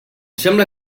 sembla